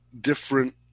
different